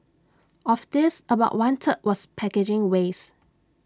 of this about one third was packaging waste